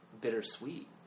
bittersweet